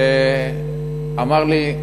אמר לי,